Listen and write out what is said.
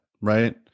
right